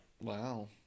wow